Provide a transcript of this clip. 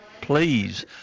please